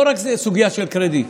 לא רק זה, סוגיה של קרדיט.